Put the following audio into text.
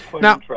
Now